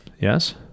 Yes